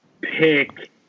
pick